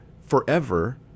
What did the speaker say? forever